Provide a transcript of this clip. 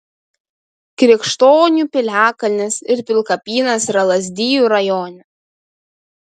krikštonių piliakalnis ir pilkapynas yra lazdijų rajone